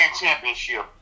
championship